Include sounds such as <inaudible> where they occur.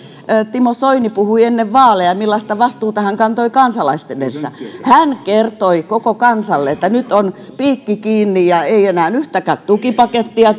timo soini puhui ennen vaaleja ja millaista vastuuta hän kantoi kansalaisten edessä hän kertoi koko kansalle että nyt on piikki kiinni ja ei enää yhtäkään tukipakettia <unintelligible>